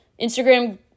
Instagram